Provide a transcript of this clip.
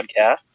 podcast